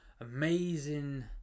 amazing